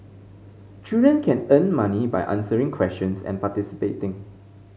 children can earn money by answering questions and participating